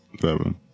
seven